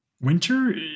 Winter